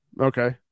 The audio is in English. okay